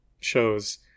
shows